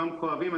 גם כואבים.